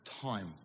time